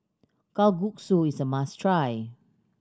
kalguksu is a must try